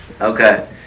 Okay